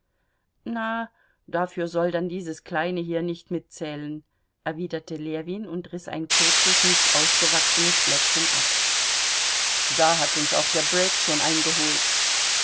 na dafür soll dann dieses kleine hier nicht mitzählen erwiderte ljewin und riß ein kurzes nicht ausgewachsenes blättchen ab da hat uns auch der break schon eingeholt